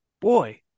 Boy